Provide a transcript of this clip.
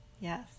Yes